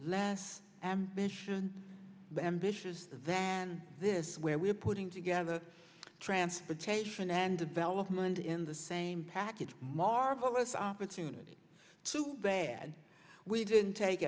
less ambitious but ambitious than this where we're putting together transportation and development in the same package marvelous opportunity to bad we didn't take